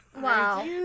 Wow